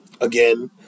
Again